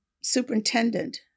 superintendent